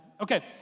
Okay